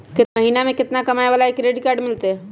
महीना में केतना कमाय वाला के क्रेडिट कार्ड मिलतै?